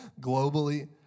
Globally